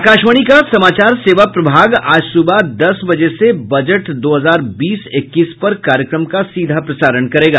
आकाशवाणी का समाचार सेवा प्रभाग आज सुबह दस बजे से बजट दो हजार बीस इक्कीस पर कार्यक्रम का सीधा प्रसारण करेगा